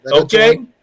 okay